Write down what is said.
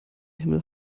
himmel